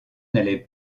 n’allait